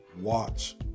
watch